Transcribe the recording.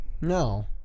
No